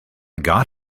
got